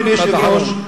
אדוני היושב-ראש,